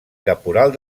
caporal